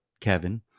Kevin